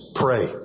pray